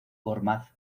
gormaz